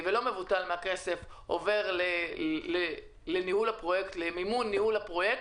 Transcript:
חלק לא מבוטל, מהכסף עובר למימון ניהול הפרויקט.